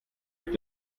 app